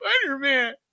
Spider-Man